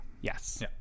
yes